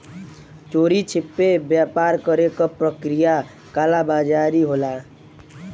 चोरी छिपे व्यापार करे क प्रक्रिया कालाबाज़ारी होला